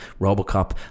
Robocop